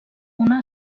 una